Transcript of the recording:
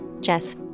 Jess